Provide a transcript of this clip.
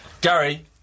Gary